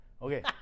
Okay